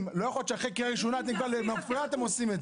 מחירי החלב בישראל גבוהים ביחס לממוצע מדינות ה-OECD